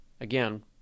again